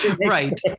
Right